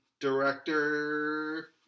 director